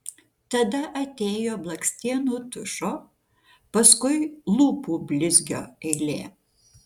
tada atėjo blakstienų tušo paskui lūpų blizgio eilė